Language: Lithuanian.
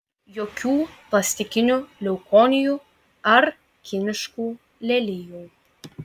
jokių plastikinių leukonijų ar kiniškų lelijų